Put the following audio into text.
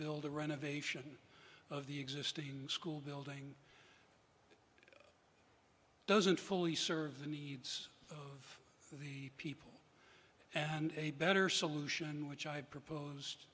build the renovation of the existing school building doesn't fully serve the needs of the people and a better solution which i proposed